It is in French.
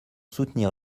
soutenir